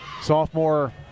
Sophomore